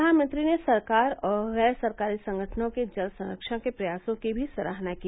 प्रधानमंत्री ने सरकार और गैर सरकारी संगठनों के जल संरक्षण के प्रयासों की भी सराहना की